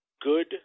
good